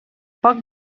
poc